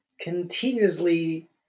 continuously